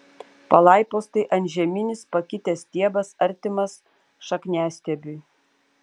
palaipos tai antžeminis pakitęs stiebas artimas šakniastiebiui